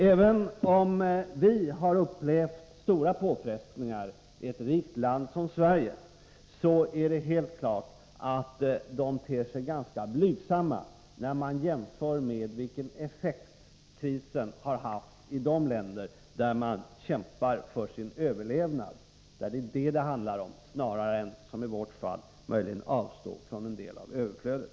Även om vi i Sverige, som är ett rikt land, upplevt stora påfrestningar, ter sig dessa ganska blygsamma i jämförelse med den effekt som krisen har haft i de länder där man kämpar för sin överlevnad. I många fall handlar det ju snarare om att överleva än, som i vårt fall, att möjligen avstå från en del av överflödet.